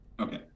Okay